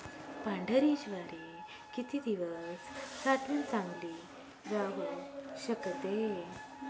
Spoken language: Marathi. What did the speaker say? पांढरी ज्वारी किती दिवस साठवून चांगली राहू शकते?